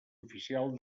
oficial